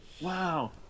wow